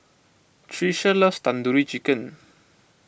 Tricia loves Tandoori Chicken